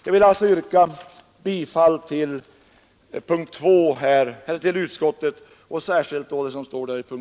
Jag yrkar, herr talman, bifall till utskottets hemställan.